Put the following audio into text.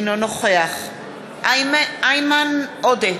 אינו נוכח איימן עודה,